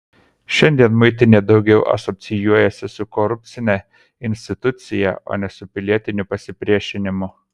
šiandien muitinė daugiau asocijuojasi su korupcine institucija o ne su pilietiniu pasipriešinimu